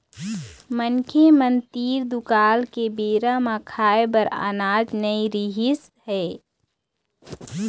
मनखे मन तीर दुकाल के बेरा म खाए बर अनाज नइ रिहिस हे